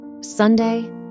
Sunday